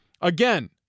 again